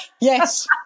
Yes